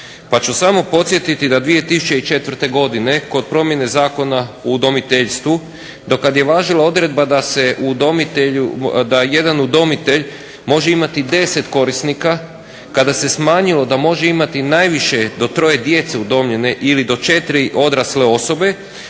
Pa ću samo podsjetiti da 2004. godine kod promjene Zakona o udomiteljstvu do kada je važila odredba da jedan udomitelj može imati 10 korisnika, kada se smanjilo da može imati do najviše 3 djece udomljene ili do 4 odrasle osobe,